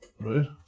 Right